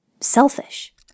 selfish